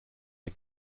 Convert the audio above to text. der